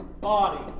body